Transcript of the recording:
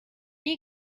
you